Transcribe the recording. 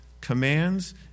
commands